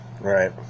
Right